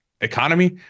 economy